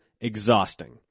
exhausting